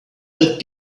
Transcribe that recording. that